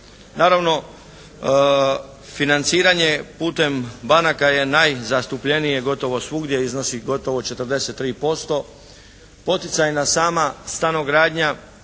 Naravno financiranje putem banaka je najzastupljenije, gotovo svugdje iznosi gotovo 43%. Poticajna sama stanogradnja